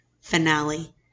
finale